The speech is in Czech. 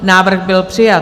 Návrh byl přijat.